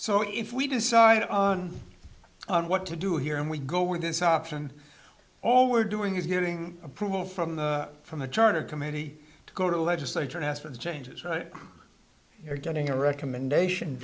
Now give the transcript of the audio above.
so if we decide on what to do here and we go with this option all we're doing is getting approval from the from the charter committee to go to the legislature and ask for the changes you're getting a recommendation